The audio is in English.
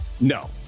no